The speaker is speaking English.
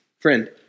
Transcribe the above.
Friend